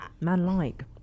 Man-like